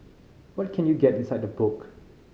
what can you get inside the book